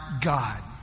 God